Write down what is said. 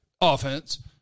Offense